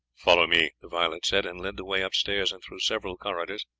follow me, the varlet said, and led the way upstairs and through several corridors,